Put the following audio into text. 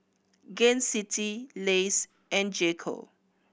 Gain City Lays and J Co